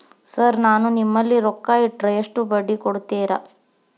Sir ನಾನು ನಿಮ್ಮಲ್ಲಿ ರೊಕ್ಕ ಇಟ್ಟರ ಎಷ್ಟು ಬಡ್ಡಿ ಕೊಡುತೇರಾ?